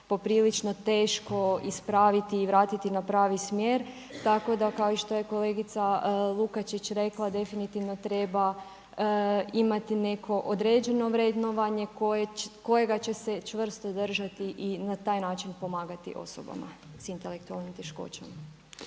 poprilično teško ispraviti i vratiti na pravi smjer. Tako da kao što je i kolegica Lukačić rekla definitivno treba imati neko određeno vrednovanje kojega će se čvrsto držati i na taj način pomagati osobama sa intelektualnim teškoćama.